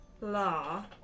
La